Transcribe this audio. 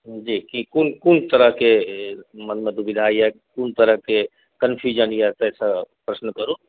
जी कोन कोन तरहके मोनमे दुविधा यए कोन तरहके कन्फ्यूजन यए ताहिपर प्रश्न करू